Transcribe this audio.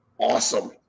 Awesome